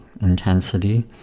intensity